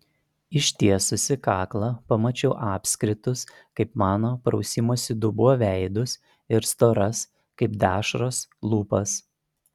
ištiesusi kaklą pamačiau apskritus kaip mano prausimosi dubuo veidus ir storas kaip dešros lūpas